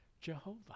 Jehovah